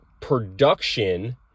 production